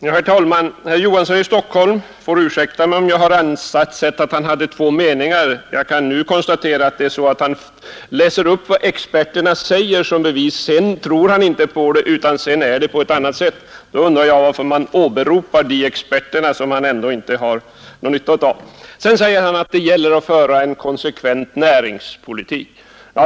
Herr talman! Herr Olof Johansson i Stockholm får ursäkta mig om jag anser att han hade två olika meningar. Jag kan nu konstatera att han som bevis först läser upp vad experterna säger, men sedan tror han inte på det utan ser saken på ett annat sätt. Jag undrar varför han åberopar de experter som han ändå inte tror på. Vidare säger han att det gäller att föra en konsekvent näringspolitik.